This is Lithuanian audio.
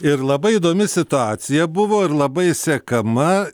ir labai įdomi situacija buvo ir labai sekama